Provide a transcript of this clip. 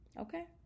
okay